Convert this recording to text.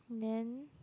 then